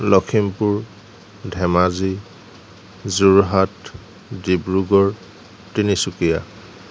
Lakhimpur Dhemaji Jorhat Dibrugarh Tinsukia